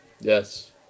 Yes